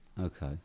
Okay